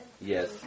Yes